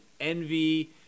envy